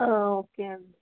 okay అండి